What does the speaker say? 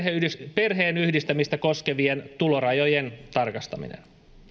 perheenyhdistämistä koskevien tulorajojen tarkistaminen